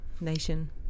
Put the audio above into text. nation